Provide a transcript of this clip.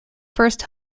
first